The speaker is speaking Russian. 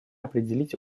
определить